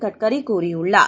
கட்கரிகூறியுள்ளார்